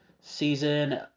season